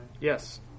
Yes